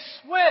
switch